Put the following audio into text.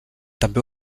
també